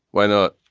why not?